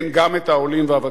כן, גם את העולים והוותיקים.